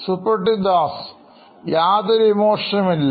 Suprativ Das CTO Knoin Electronics യാതൊരു ഇമോഷനുംഇല്ല